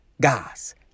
Gas